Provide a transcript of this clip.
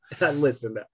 Listen